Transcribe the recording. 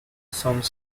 some